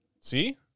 See